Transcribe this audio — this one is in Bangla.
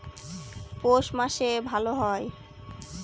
পৌষ মাসে ভালো হয়?